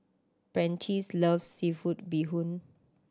Prentice loves seafood bee hoon